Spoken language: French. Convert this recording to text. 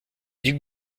duc